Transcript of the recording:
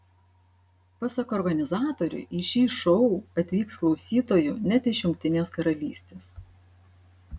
pasak organizatorių į šį šou atvyks klausytojų net iš jungtinės karalystės